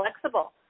flexible